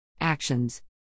Actions